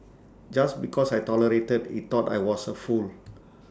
just because I tolerated he thought I was A fool